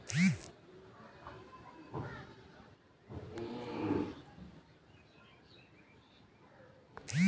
नकली गहना देके लोन लेना या प्रॉपर्टी क फर्जी पेपर पर लेना मोर्टगेज फ्रॉड होला